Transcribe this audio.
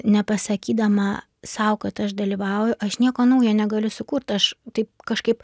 nepasakydama sau kad aš dalyvauju aš nieko naujo negaliu sukurt aš taip kažkaip